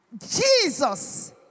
Jesus